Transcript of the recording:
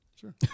Sure